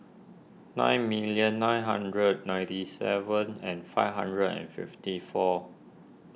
nine million nine hundred ninety seven and five hundred and fifty four